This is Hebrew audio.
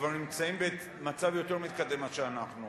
שכבר נמצאים במצב יותר מתקדם מאשר אנחנו,